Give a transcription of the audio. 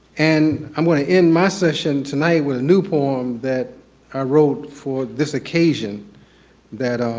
and i'm going to end my session tonight with a new poem that i wrote for this occasion that ah